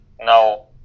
now